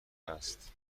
است